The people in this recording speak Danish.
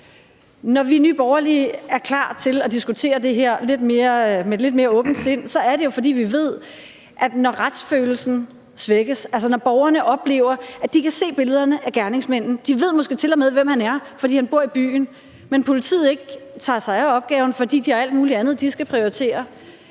Når vi i Nye Borgerlige er klar til at diskutere det her med et lidt mere åbent sind, er det jo, fordi vi ved, at når retsfølelsen svækkes, altså når borgerne oplever, at de kan se billederne af gerningsmanden, og de måske til og med ved, hvem han er, fordi han måske bor i byen, men politiet ikke tager sig af opgaven, fordi de har alt muligt andet, de skal prioritere,